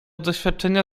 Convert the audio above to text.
doświadczenia